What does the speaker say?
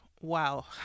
wow